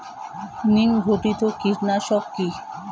নিম ঘটিত কীটনাশক কি?